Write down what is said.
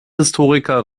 historiker